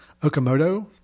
Okamoto